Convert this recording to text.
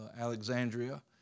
Alexandria